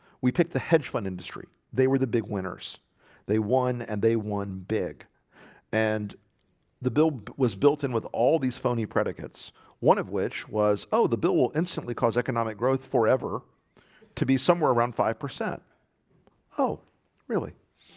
we picked the hedge fund industry they were the big winners they won and they won big and the build was built in with all these phony predicates one of which was oh the bill will instantly cause economic growth forever to be somewhere around five percent oh really?